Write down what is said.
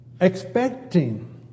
expecting